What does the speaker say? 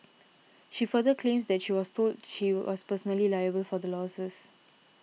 she further claims that she was told she was personally liable for the losses